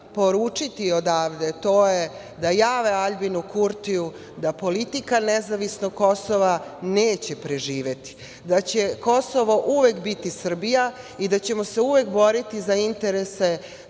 poručiti odavde, to je da jave Aljbinu Kurtiju da politika nezavisnog Kosova neće preživeti, da će Kosovo uvek biti Srbija i da ćemo se uvek boriti za interese